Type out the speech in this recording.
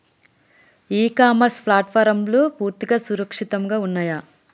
ఇ commerce ప్లాట్ఫారమ్లు పూర్తిగా సురక్షితంగా ఉన్నయా?